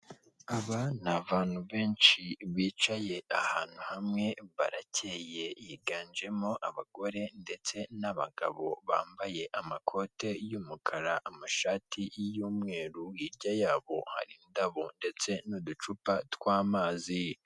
Aba ni abantu benshi bicaye ahantu hamwe barakeye yiganjemo abagore ndetse n'abagabo bambaye amakoti y'umukara amashati y'umweru, hirya yabo hari indabo ndetse n'uducupa tw'amazi.